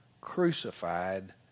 crucified